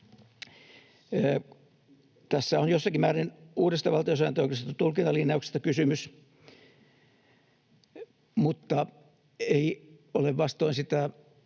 Tässä on jossakin määrin uudesta valtiosääntöoikeuden tulkintalinjauksesta kysymys mutta ei ole vastoin sitä